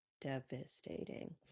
Devastating